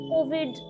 Covid